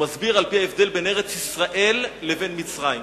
הוא מסביר על-פי ההבדל בין ארץ-ישראל לבין מצרים.